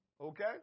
Okay